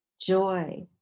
joy